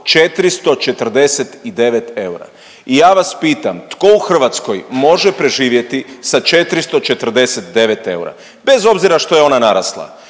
449 eura. I ja vas pitam, tko u Hrvatskoj može preživjeti sa 449 eura bez obzira što je ona narasla?